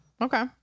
Okay